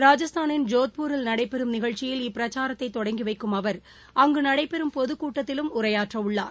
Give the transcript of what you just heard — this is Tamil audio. ராஜஸ்தானின் ஜோத்பூரில் நடைபெறும் நிகழ்ச்சியில் இப்பிரச்சாரத்தை தொடங்கி வைக்கும் அவர் அங்கு நடைபெறும் பொதுக் கூட்டத்திலும் உரையாற்றவுள்ளார்